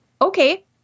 okay